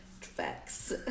Facts